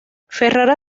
ferrara